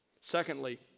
Secondly